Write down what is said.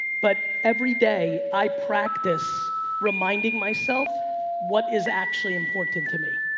but every day i practice reminding myself what is actually important to me.